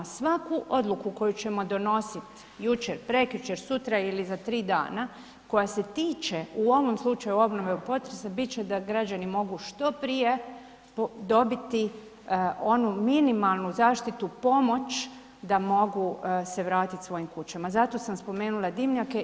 Svaku odluku koju ćemo donositi jučer, prekjučer, sutra ili za tri dana koja se tiče u ovom slučaju obnove od procesa bit će da građani mogu što prije dobiti onu minimalnu zaštitu pomoć da mogu se vratiti svojim kućama, zato sam spomenula dimnjake.